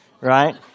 right